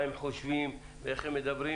מה הם חושבים ואיך הם מדברים.